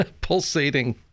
pulsating